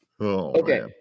okay